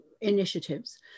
initiatives